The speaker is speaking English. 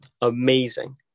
amazing